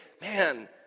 man